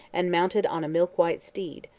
and mounted on a milk-white steed,